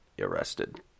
arrested